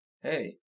hey